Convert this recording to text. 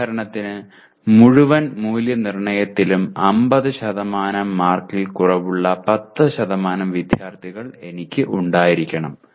ഉദാഹരണത്തിന് മുഴുവൻ മൂല്യനിർണ്ണയത്തിലും 50 മാർക്കിൽ കുറവുള്ള 10 വിദ്യാർത്ഥികൾ എനിക്ക് ഉണ്ടായിരിക്കണം